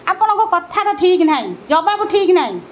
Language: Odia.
ଆପଣଙ୍କ କଥା ର ଠିକ୍ ନାହିଁ ଜବାବ ଠିକ୍ ନାହିଁ